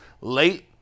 late